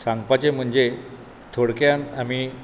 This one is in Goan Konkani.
सांगपाचें म्हणजे थोडक्यान आमी